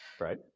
right